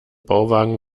bauwagen